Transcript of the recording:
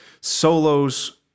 solos